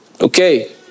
Okay